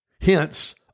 Hence